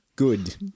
Good